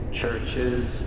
churches